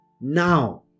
Now